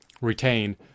retain